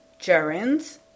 gerunds